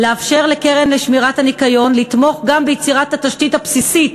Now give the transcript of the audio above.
לאפשר לקרן לשמירת הניקיון לתמוך גם ביצירת התשתית הבסיסית